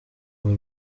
uru